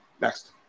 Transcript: Next